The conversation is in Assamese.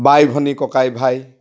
বাই ভনী ককাই ভাই